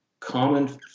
Common